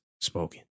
spoken